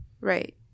Right